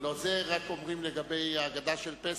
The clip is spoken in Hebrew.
את זה אומרים רק לגבי ההגדה של פסח,